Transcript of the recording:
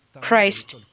Christ